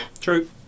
true